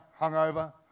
hungover